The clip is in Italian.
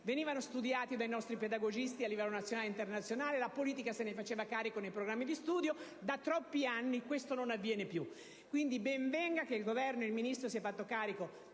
venivano studiati dai nostri pedagogisti a livello nazionale ed internazionale e la politica se ne faceva carico nei programmi di studio; da troppi anni questo non avviene più. Pertanto, ben venga che il Governo con il Ministro Carfagna si è fatto carico